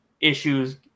issues